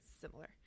Similar